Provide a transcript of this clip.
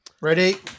Ready